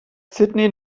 sydney